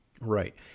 Right